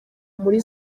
muri